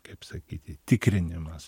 kaip sakyti tikrinimas